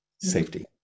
Safety